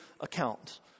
account